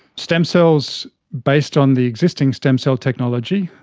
stem cells, based on the existing stem cell technology,